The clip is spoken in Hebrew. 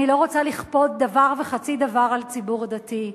אני לא רוצה לכפות דבר וחצי דבר על ציבור דתי,